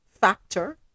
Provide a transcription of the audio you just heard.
factor